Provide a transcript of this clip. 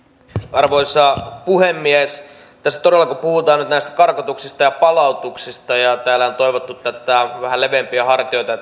arvoisa puhemies tässä todella kun puhutaan nyt näistä karkotuksista ja palautuksista ja täällä on toivottu vähän leveämpiä hartioita